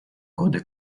годы